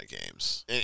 games